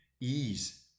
ease